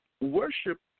worship